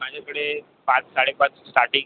माझ्याकडे पाच साडेपाच स्टार्टिंग